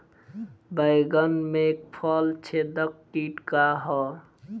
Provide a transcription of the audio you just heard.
बैंगन में फल छेदक किट का ह?